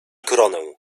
koronę